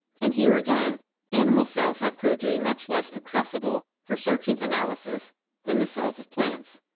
and here again animal cells have proved to be much less accessible for searching analysis than the cells of plants.